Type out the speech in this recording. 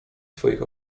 swoich